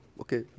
okay